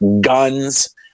guns